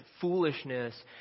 foolishness